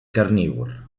carnívor